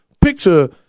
Picture